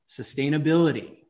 sustainability